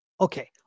Okay